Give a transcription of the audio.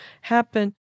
happen